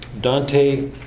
Dante